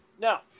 now